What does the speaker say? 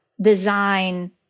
design